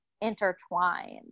intertwined